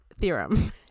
Theorem